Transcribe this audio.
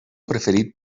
preferit